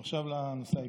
עכשיו לנושא העיקרי.